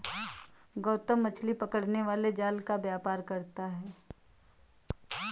गौतम मछली पकड़ने वाले जाल का व्यापार करता है